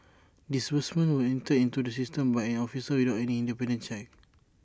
disbursements were entered into the system by an officer without any independent checks